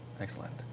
Excellent